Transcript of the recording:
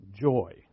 joy